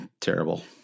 terrible